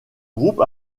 groupe